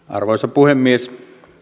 arvoisa puhemies